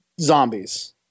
zombies